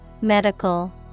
Medical